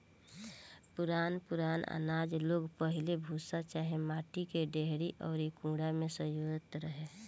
पुरान पुरान आनाज लोग पहिले भूसा चाहे माटी के डेहरी अउरी कुंडा में संजोवत रहे